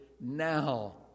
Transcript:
now